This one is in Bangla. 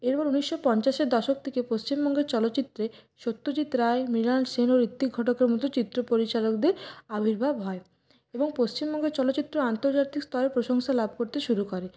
এবার উনিশশো পঞ্চাশের দশক থেকে পশ্চিমবঙ্গের চলচ্চিত্রে সত্যজিৎ রায় মৃণাল সেন ও ঋত্বিক ঘটকের মতো চিত্র পরিচালকদের আবির্ভাব হয় এবং পশ্চিমবঙ্গের চলচ্চিত্র আন্তর্জাতিক স্তরে প্রশংসা লাভ করতে শুরু করে